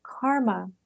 karma